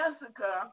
Jessica